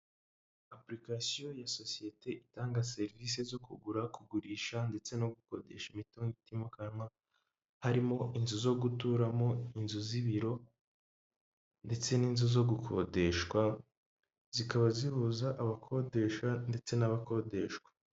Apurikasiyo ya sosiyete itanga serivisi zo kugura, kugurisha ndetse no gukodesha imitungo itimukanwa harimo inzu zo guturamo, inzu z'ibiro ndetse n'inzu zo gukodeshwa, zikaba zihuza abakodesha ndetse n'abakodeshwa.